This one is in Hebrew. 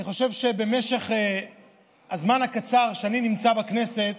אני חושב שבמשך הזמן הקצר שאני נמצא בכנסת